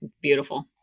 Beautiful